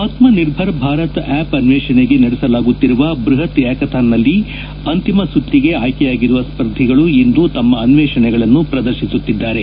ಆತ್ಮ ನಿರ್ಭರ ಭಾರತ್ ಆ್ಕಪ್ ಅನ್ವೇಷಣೆಗೆ ನಡೆಸಲಾಗುತ್ತಿರುವ ಬೃಹತ್ ಹ್ಕಥಾನ್ನಲ್ಲಿ ಅಂತಿಮ ಸುತ್ತಿಗೆ ಆಯ್ಕೆಯಾಗಿರುವ ಸ್ಪರ್ಧಿಗಳು ಇಂದು ತಮ್ಮ ಅನ್ವೇಷಣೆಗಳನ್ನು ಪ್ರದರ್ಶಿಸುತ್ತಿದ್ದಾರೆ